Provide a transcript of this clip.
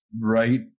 right